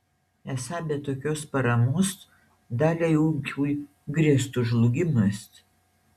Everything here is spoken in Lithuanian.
esą be tokios paramos daliai ūkių grėstų žlugimas